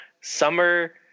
summer